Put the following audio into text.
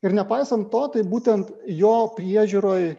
ir nepaisant to tai būtent jo priežiūroj